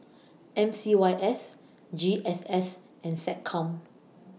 M C Y S G S S and Seccom